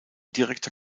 direkter